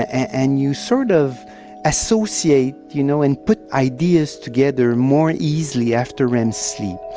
and you sort of associate you know and put ideas together more easily after rem sleep.